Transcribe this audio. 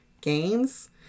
games